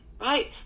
right